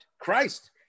Christ